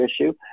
issue